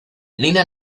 nina